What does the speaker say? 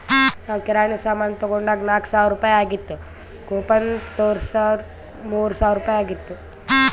ನಾವ್ ಕಿರಾಣಿ ಸಾಮಾನ್ ತೊಂಡಾಗ್ ನಾಕ್ ಸಾವಿರ ಆಗಿತ್ತು ಕೂಪನ್ ತೋರ್ಸುರ್ ಮೂರ್ ಸಾವಿರ ರುಪಾಯಿ ಆಯ್ತು